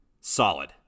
solid